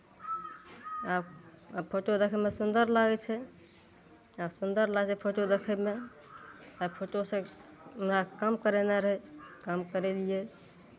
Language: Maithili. तब आ फोटो देखयमे सुन्दर लागै छै आ सुन्दर लागै फोटो देखयमे तब फोटोसँ हमरा काम करेनाइ रहै काम करेलियै